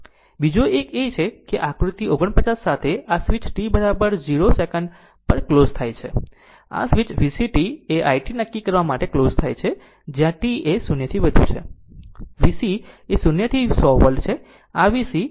બીજો એક એ છે કે આકૃતિ 49 સાથે આ સ્વીચ t 0 સેકંડ પર ક્લોઝ થાય છે આ સ્વીચ VCt અને i t નક્કી કરવા પર ક્લોઝ થાય છે જ્યાં t એ 0 થી વધુ છે અને VC એ 0 થી 100 વોલ્ટ છે